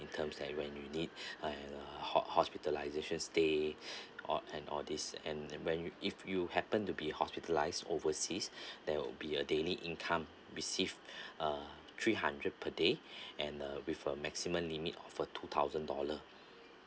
in terms that when you need and a hot~ hospitalization stay all and all this and when you if you happen to be hospitalized overseas there will be a daily income received uh three hundred per day and uh with a maximum limit of a two thousand dollar